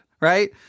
right